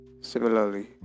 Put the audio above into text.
Similarly